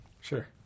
Sure